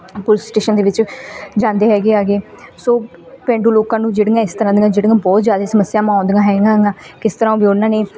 police station ਦੇ ਵਿੱਚ ਜਾਂਦੇ ਹੈਗੇ ਐਗੇ ਸੋ ਪੇਂਡੂ ਲੋਕਾਂ ਨੂੰ ਜਿਹੜੀਆਂ ਇਸ ਤਰ੍ਹਾਂ ਦੀਆਂ ਜਿਹੜੀਆਂ ਬਹੁਤ ਜ਼ਿਆਦਾ ਸਮੱਸਿਆਵਾਂ ਆਉਂਦੀਆਂ ਹੈਗੀਆਂ ਐਗੀਆਂ ਕਿਸ ਤਰ੍ਹਾਂ ਵੀ ਉਹਨਾਂ ਨੇ